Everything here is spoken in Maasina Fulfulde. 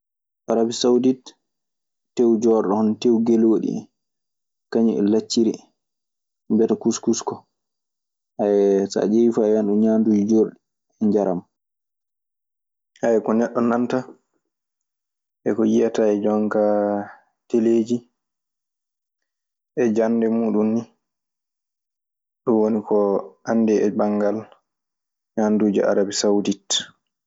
So a ƴeewii liɗɗi maayo geeci ɓe ɓuri ,defude eɓe ñaama, e kuuɗe muuɗun. Aya ko neɗɗo nanta, e ko yiyata, e jonka teleeji, e jannde muuɗun ni, ɗun woni ko anndi e banngal ñamduuji arabi sawdit.